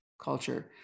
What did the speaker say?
culture